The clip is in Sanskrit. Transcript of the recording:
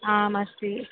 आम् अस्ति